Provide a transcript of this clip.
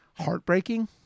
heartbreaking